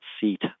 seat